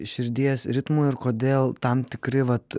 širdies ritmui ir kodėl tam tikri vat